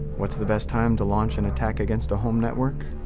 what's the best time to launch an attack against a home network?